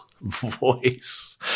voice